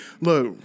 look